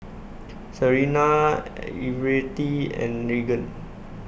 Serina Everette and Raegan